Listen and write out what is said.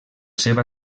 seva